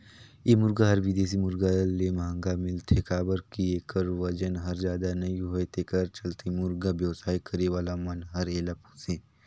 ए मुरगा हर बिदेशी मुरगा ले महंगा मिलथे काबर कि एखर बजन हर जादा नई होये तेखर चलते मुरगा बेवसाय करे वाला मन हर एला पोसे